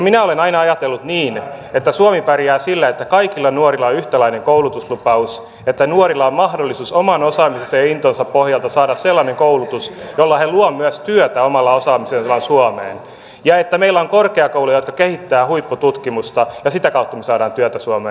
minä olen aina ajatellut niin että suomi pärjää sillä että kaikilla nuorilla on yhtäläinen koulutuslupaus ja että nuorilla on mahdollisuus oman osaamisensa ja intonsa pohjalta saada sellainen koulutus jolla he luovat omalla osaamisellaan myös työtä suomeen ja että meillä on korkeakouluja jotka kehittävät huippututkimusta ja sitä kautta me saamme työtä suomeen